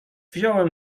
wziąłem